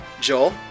Joel